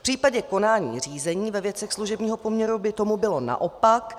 V případě konání řízení ve věcech služebního poměru by tomu bylo naopak.